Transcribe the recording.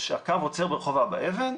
שהקו עוצר ברחוב אבא אבן,